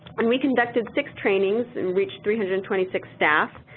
and we conducted six trainings and reached three hundred and twenty six staff.